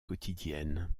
quotidiennes